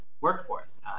workforce